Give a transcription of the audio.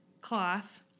cloth